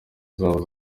zabo